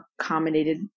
accommodated